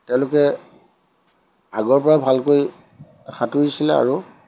তেওঁলোকে আগৰ পৰা ভালকৈ সাঁতুৰিছিলে আৰু